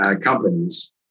companies